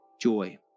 joy